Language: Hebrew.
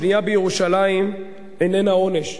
בנייה בירושלים איננה עונש,